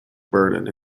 burden